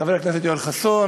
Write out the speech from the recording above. חבר הכנסת יואל חסון,